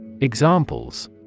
Examples